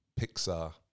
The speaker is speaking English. Pixar